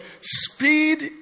Speed